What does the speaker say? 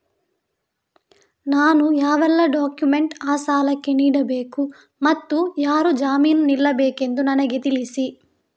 ನಾನು ಯಾವೆಲ್ಲ ಡಾಕ್ಯುಮೆಂಟ್ ಆ ಸಾಲಕ್ಕೆ ನೀಡಬೇಕು ಮತ್ತು ಯಾರು ಜಾಮೀನು ನಿಲ್ಲಬೇಕೆಂದು ನನಗೆ ತಿಳಿಸಿ?